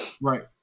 Right